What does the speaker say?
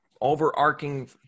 overarching